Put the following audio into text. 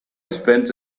spent